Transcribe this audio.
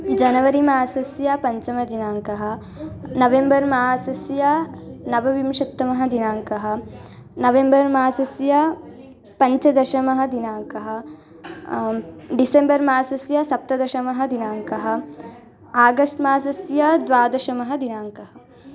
जनवरि मासस्य पञ्चमदिनाङ्कः नवेम्बर् मासस्य नवविंशत्तमः दिनाङ्कः नवेम्बर् मासस्य पञ्चदश दिनाङ्कः डिसेम्बर् मासस्य सप्तदश दिनाङ्कः आगस्ट् मासस्य द्वादश दिनाङ्कः